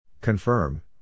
Confirm